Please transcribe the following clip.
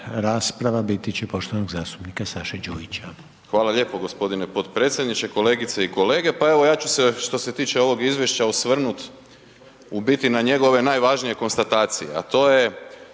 rasprava biti će poštovanog zastupnika Saše Đujića. **Đujić, Saša (SDP)** Hvala lijepo g. potpredsjedniče. Kolegice i kolege, pa evo ja ću se što se tiče ovog izvješća, osvrnut u biti na njegove najvažnije konstatacije a to je